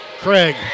Craig